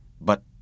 But